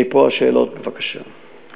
מפה שאלות, בבקשה.